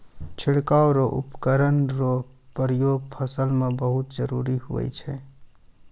छिड़काव रो उपकरण रो प्रयोग फसल मे बहुत जरुरी हुवै छै